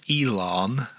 Elam